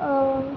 न